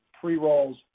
pre-rolls